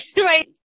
right